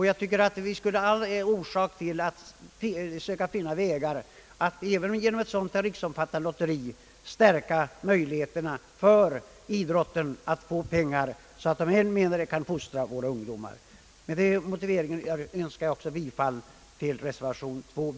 Jag tycker därför att det finns orsak att söka finna vägar att även genom ett sådant riksomfattande lotteri öka möjligheterna för idrotten att få pengar, så att den kan fostra våra ungdomar. Med denna motivering yrkar jag, herr talman, också bifall till reservation b.